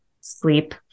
sleep